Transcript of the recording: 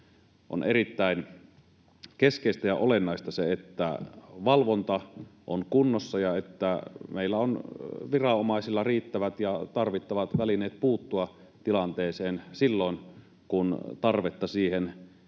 On erittäin keskeistä ja olennaista se, että valvonta on kunnossa ja että meillä on viranomaisilla riittävät ja tarvittavat välineet puuttua tilanteeseen silloin, kun tarvetta siihen